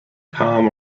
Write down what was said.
tom